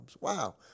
Wow